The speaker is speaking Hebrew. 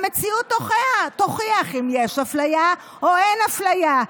המציאות תוכיח אם יש אפליה או אין אפליה,